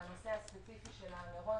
בנושא מירון,